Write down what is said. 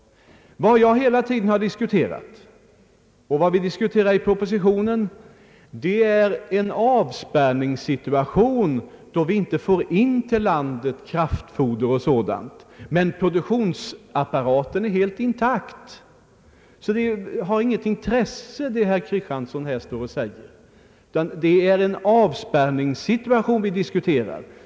Vad jag hela tiden har diskuterat och vad vi diskuterar i propositionen är en avspärrningssituation, då vi inte får in till landet kraftfoder och sådant men produktionsapparaten är helt intakt. Det som herr Kristiansson här talar om har inget intresse. Det är en avspärrningssituation vi diskuterar.